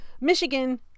Michigan